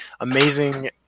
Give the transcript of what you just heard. amazing